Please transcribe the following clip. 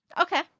Okay